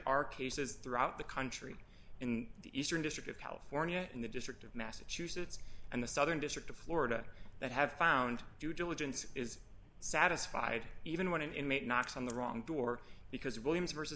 are cases throughout the country in the eastern district of california in the district of massachusetts and the southern district of florida that have found due diligence is satisfied even when an inmate knocks on the wrong door because williams versus